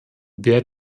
wer